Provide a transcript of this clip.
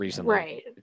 right